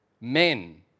men